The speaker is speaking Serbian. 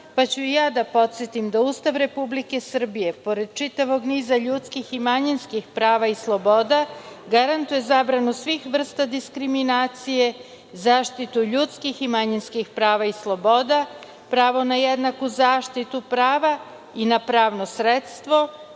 pa ću i ja da podsetim da Ustav Republike Srbije, pored čitavog niza ljudskih i manjinskih prava i sloboda, garantuje zabranu svih vrsta diskriminacije, zaštitu ljudskih i manjinskih prava i sloboda, pravo na jednaku zaštitu prava i na pravno sredstvo,